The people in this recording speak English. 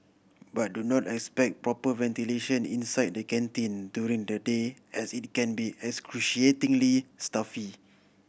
but do not expect proper ventilation inside the canteen during the day as it can be excruciatingly stuffy